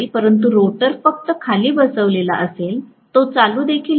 परंतु रोटर फक्त खाली बसवलेला आहे तो चालू देखील नाही